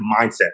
mindset